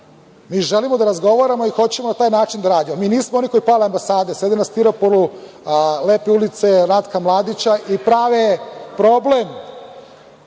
Mi želimo da razgovaramo i hoćemo na taj način da radimo. Mi nismo oni koji pale ambasade, sede na stiroporu, lepe ulice Ratka Mladića i prave problem